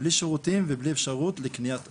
בלי שירותים ובלי אפשרות לקניית אוכל,